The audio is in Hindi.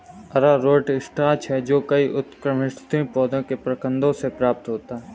अरारोट एक स्टार्च है जो कई उष्णकटिबंधीय पौधों के प्रकंदों से प्राप्त होता है